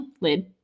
Lid